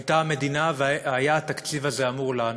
הייתה המדינה והיה התקציב הזה אמור לענות.